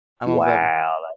Wow